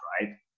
right